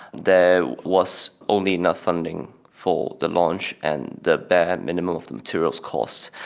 there was only enough funding for the launch and the bare minimum of the materials costs.